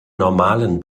normalen